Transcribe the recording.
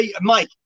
Mike